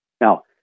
Now